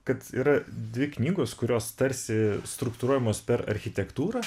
kad yra dvi knygos kurios tarsi struktūruojamos per architektūrą